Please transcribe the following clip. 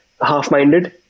half-minded